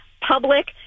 public